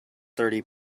thirty